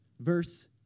Verse